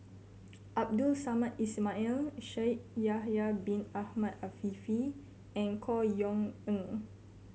Abdul Samad Ismail Shaikh Yahya Bin Ahmed Afifi and Chor Yeok Eng